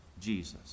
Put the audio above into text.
Jesus